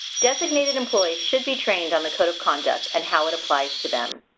designated employees should be trained on the code of conduct and how it applies to them.